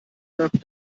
nach